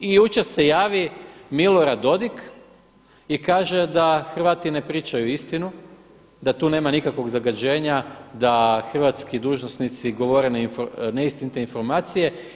I jučer se javi Milorad Dodig i kaže da Hrvati ne pričaju istinu, da tu nema nikakvog zagađenja, da hrvatski dužnosnici govore neistinite informacije.